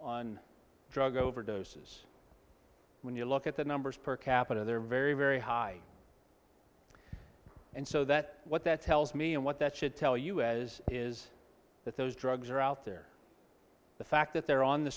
on drug overdoses when you look at the numbers per capita there very very high and so that what that tells me and what that should tell you as is that those drugs are out there the fact that they're on the